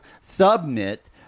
Submit